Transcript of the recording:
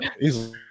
easily